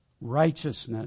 righteousness